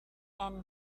and